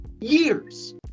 years